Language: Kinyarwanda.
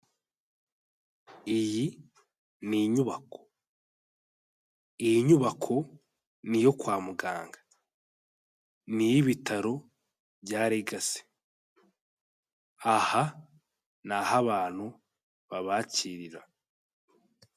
Iyi ni inyubako. Iyi nyubako, niyo kwa muganga. Ni iy'ibitaro bya legasi. Aha ni aho abantu babakirira.